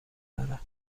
دارم